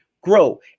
grow